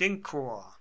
den chor